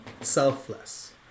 selfless